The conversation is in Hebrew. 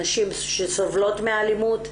נשים שסובלות מאלימות,